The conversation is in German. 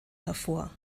hervor